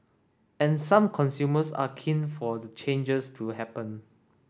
and some consumers are keen for the changes to happen